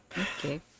okay